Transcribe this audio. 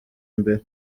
imbere